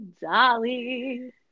Dolly